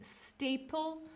staple